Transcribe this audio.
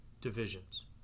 divisions